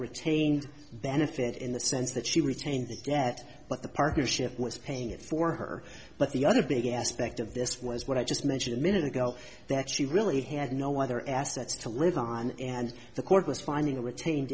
retained benefit in the sense that she retained debt but the partnership was paying it for her but the other big aspect of this was what i just mentioned a minute ago that she really had no other assets to live on and the court was finding a retaine